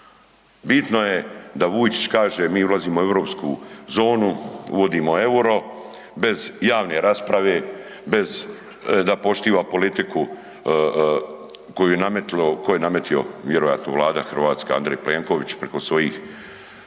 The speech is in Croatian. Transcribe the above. Bitno je da Vujčić kaže mi ulazimo u Europsku zonu, uvodimo euro bez javne rasprave, bez da poštiva politiku koju je nametnuo vjerojatno Vlada hrvatska Andrej Plenković preko svojih